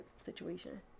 situation